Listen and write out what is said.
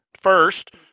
first